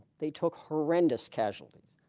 they took horrendous casualties.